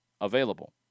available